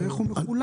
ואיך הוא מחולק.